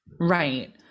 right